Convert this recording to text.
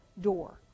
door